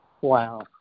Wow